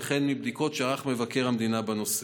וכן מבדיקות שערך מבקר המדינה בנושא.